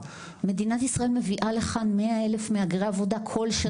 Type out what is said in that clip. --- מדינת ישראל מביאה לכאן 100 אלף מהגרי עבודה כל שנה.